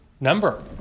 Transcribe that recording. number